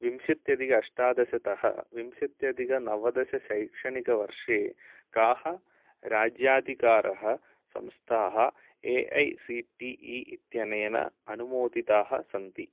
विंशत्यधिक अष्टादशतः विंशत्यधिकनवदशशैक्षणिकवर्षे काः राज्याधिकारः संस्थाः A I C T E इत्यनेन अनुमोदिताः सन्ति